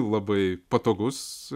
labai patogus